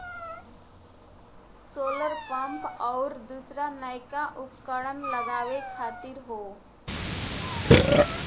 solar pump आउर दूसर नइका उपकरण लगावे खातिर हौ